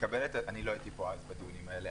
לא הייתי בדיונים האלה אז.